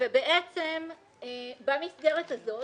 ובעצם במסגרת הזאת